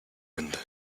window